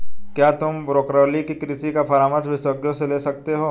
क्या तुम ब्रोकोली के कृषि का परामर्श विशेषज्ञों से ले सकते हो?